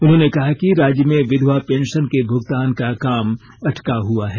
उन्होंने कहा कि राज्य में विधवा पेंशन के भूगतान का काम अटका हुआ है